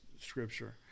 scripture